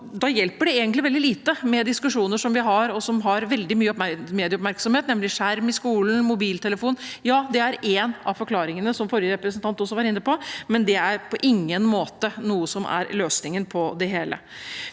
Da hjelper det egentlig veldig lite med diskusjoner vi har som har veldig mye medieoppmerksomhet, nemlig om skjerm i skolen og mobiltelefon. Det er en av forklaringene, som forrige representant også var inne på, men det er på ingen måte det som er løsningen på det hele.